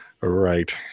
Right